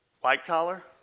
White-collar